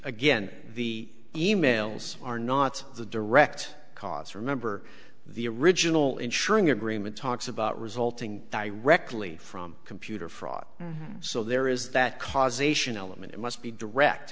again the emails are not the direct cause remember the original ensuring agreement talks about resulting directly from computer fraud so there is that causation element it must be direct